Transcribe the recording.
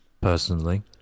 personally